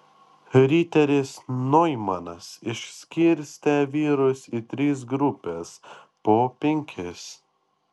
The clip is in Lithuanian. riteris noimanas išskirstė vyrus į tris grupes po penkis